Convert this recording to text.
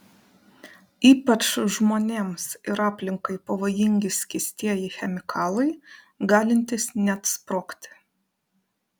ypač žmonėms ir aplinkai pavojingi skystieji chemikalai galintys net sprogti